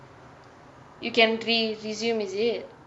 you can be resume is it